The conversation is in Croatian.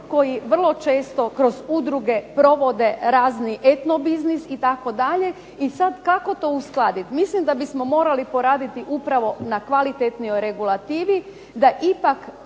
koji vrlo često kroz udruge provode razni etno biznis itd. I sad kako to uskladiti? Mislim da bismo morali poraditi upravo na kvalitetnijoj regulativi, da ipak